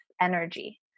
energy